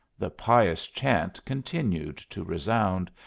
the pious chant continued to resound,